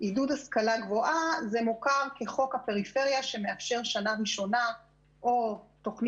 עידוד השכלה גבוהה מוכר כחוק הפריפריה שמאפשר בשנה הראשונה תוכנית